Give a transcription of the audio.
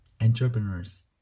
entrepreneurs